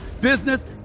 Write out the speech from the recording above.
business